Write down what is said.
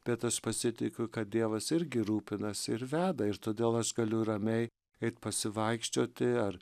bet aš pasitikiu kad dievas irgi rūpinasi ir veda ir todėl aš galiu ramiai eit pasivaikščioti ar